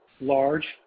large